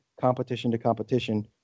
competition-to-competition